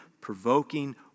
provoking